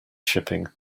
shipping